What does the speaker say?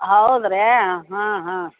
ಹೌದ್ರಾ ಹಾಂ ಹಾಂ